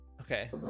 Okay